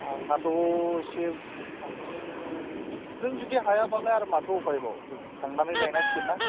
आंहाथ' एसे थांनो नों जुदि हायाबालाय आरमाथो उफायबाव जों थांनानै लायनांसिगोन ना